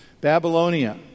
Babylonia